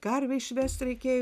karvę išvest reikėjo